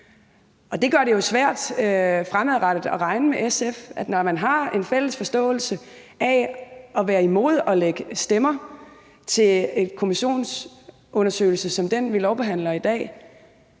fremadrettet at regne med SF. Når man har en fælles forståelse af at være imod at lægge stemmer til en kommissionsundersøgelse som den, vi lovbehandler i dag,